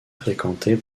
fréquentée